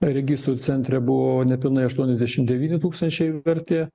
registrų centre buvo nepilnai aštuoniasdešim devyni tūkstančiai vertė